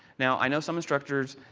now, i know some instructors,